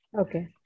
Okay